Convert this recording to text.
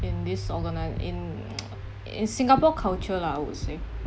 in this organi~ in in singapore culture lah I would say